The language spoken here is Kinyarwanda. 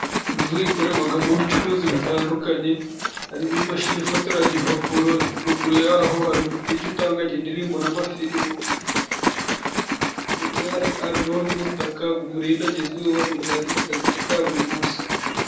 Inzu ikorerwamo ubucuruzi butandukanye harimo imashini ifotora impapuro, ruguru y'aho hari umudije utanga indirimbo n'amafirime, ndetse hari n'umutaka umurinda izuba mu gihe ari mu kaze ke Ka buri munsi.